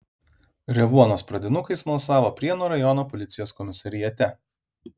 revuonos pradinukai smalsavo prienų rajono policijos komisariate